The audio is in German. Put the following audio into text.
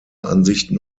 ansichten